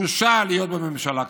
בושה להיות בממשלה כזאת.